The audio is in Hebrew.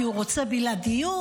כי הוא רוצה בלעדיות,